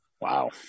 Wow